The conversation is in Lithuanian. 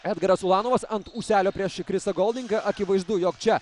edgaras ulanovas ant ūselio prieš krisą goldingą akivaizdu jog čia